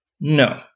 no